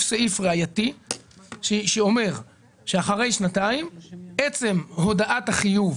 סעיף ראייתי שאומר שאחרי שנתיים עצם הודעת החיוב